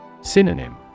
Synonym